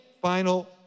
final